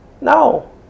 No